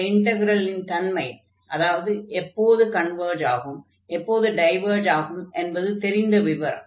இந்த இன்டக்ரலின் தன்மை அதாவது எப்போது கன்வர்ஜ் அல்லது டைவர்ஜ் ஆகும் என்பது தெரிந்த விவரம்